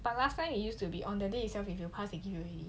but last time it used to be on the day itself if you pass they give you already